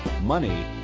money